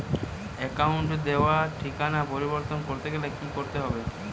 অ্যাকাউন্টে দেওয়া ঠিকানা পরিবর্তন করতে গেলে কি করতে হবে?